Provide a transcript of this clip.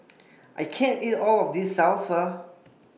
I can't eat All of This Salsa